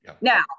Now